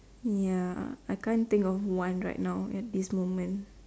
ya I can't think of one right now at this moment